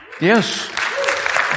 yes